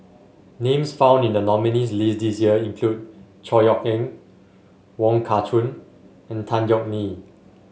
names found in the nominees' list this year include Chor Yeok Eng Wong Kah Chun and Tan Yeok Nee